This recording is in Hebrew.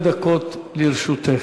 שמונה דקות לרשותך.